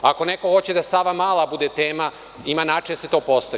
Ako neko hoće da „Savamala“ bude tema, ima način da se to postavi.